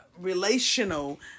relational